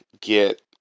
get